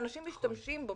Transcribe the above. ואנשים משתמשים בו,